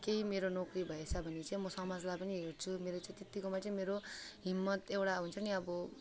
केही मेरो नोकरी भएछ भने चाहिँ म समाजलाई पनि हेर्छु मेरो चाहिँ त्यतिकोमा चाहिँ मेरो हिम्मत एउटा हुन्छ नि अब